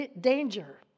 danger